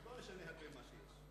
לא נשנה הרבה ממה שיש.